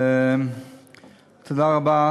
תודה רבה.